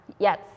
Yes